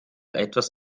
etwas